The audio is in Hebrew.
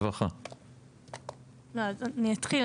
אני אתחיל,